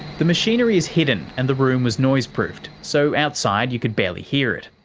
the machinery is hidden and the room was noise proofed, so outside you could barely hear it.